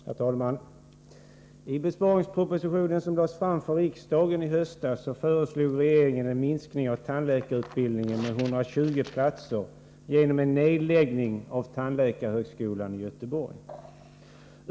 Herr talman! I den besparingsproposition som lades fram för riksdagen i höstas föreslog regeringen en minskning av tandläkarutbildningen med 120 platser genom en nedläggning av tandläkarhögskolan i Göteborg.